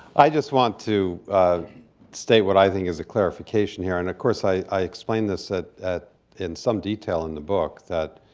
i just want to state what i think is a clarification here, and of course, i i explain this at at in some detail in the book, that